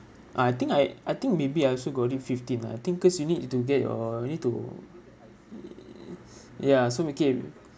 uh I think I I think maybe I also got it fifteen lah I think cause you need to get your you need to uh ya so became